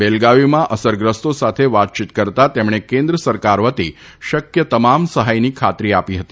બેલગાવીમાં અસરગ્રસ્તો સાથે વાતચીત કરતાં તેમણે કેન્દ્ર સરકાર વતી શક્ય તમામ સહાયની ખાત્રી આપી હતી